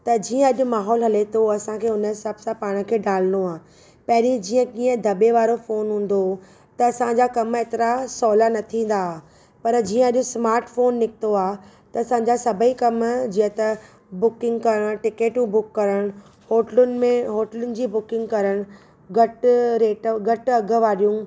त जीअं अॼु माहौल हले थो असांखे हुन हिसाब सां पाण खे ढालनो आहे पहिरीं जीअं कीअं दबे वारो फ़ोन हूंदो हुओ त असांजा कमु हेतिरा सवला न थींदा आहे पर जीअं अॼु स्मार्ट फ़ोन निकितो आहे त असांजा सभु ई कमु जीअं त बुकिंग करणु टिकेटियूं बूक करणु होटलुनि मे होटलुनि जी बुकिंग करणु घटि रेट घटि अघु वारियूं